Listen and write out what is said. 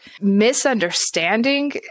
misunderstanding